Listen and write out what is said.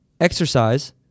exercise